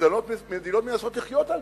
מדינות מנסות לחיות על-פיהם.